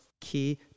key